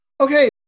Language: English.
Okay